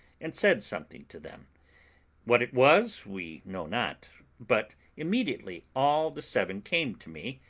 and said something to them what it was we know not, but immediately all the seven came to me,